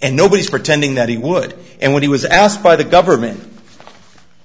and nobody's pretending that he would and when he was asked by the government